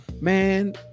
Man